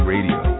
Radio